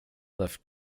left